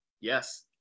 yes